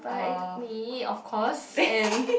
but me of course and